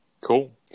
Cool